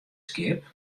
skip